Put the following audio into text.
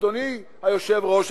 אדוני היושב-ראש,